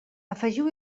afegiu